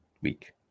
Week